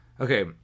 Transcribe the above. Okay